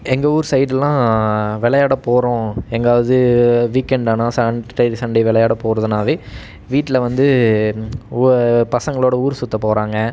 எங்கள் ஊர் சைடெலாம் விளையாடப் போகிறோம் எங்காயாவது வீக்எண்ட் ஆனால் சாட்டர்டே சண்டே விளையாடப் போவதுனாவே வீட்டில் வந்து உ பசங்களோடு ஊர் சுற்றப் போகிறாங்க